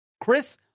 Chris